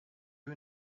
you